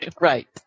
Right